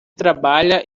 trabalha